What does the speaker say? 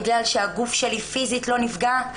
בגלל שהגוף שלי פיזית לא נפגע?